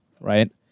right